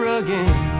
again